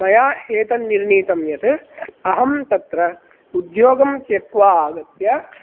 मया एतन्निर्णीतं यत् अहं तत्र उद्योगं त्यक्त्वा आगत्य